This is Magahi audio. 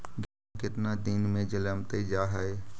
गेहूं केतना दिन में जलमतइ जा है?